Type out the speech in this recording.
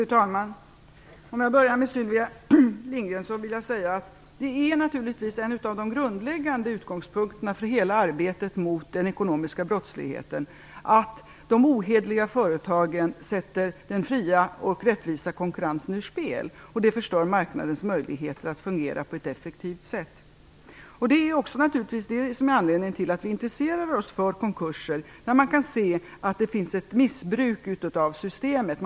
Fru talman! Jag skall börja med att kommentera Sylvia Lindgrens anförande. Att de ohederliga företagen sätter den fria och rättvisa konkurrensen ur spel är naturligtvis en av de grundläggande utgångspunkterna för hela arbetet mot den ekonomiska brottsligheten. Det förstör marknadens möjligheter att fungera på ett effektivt sätt. Att vi kan se att det finns ett missbruk av systemet är naturligtvis anledningen till att vi intresserar oss för konkurser.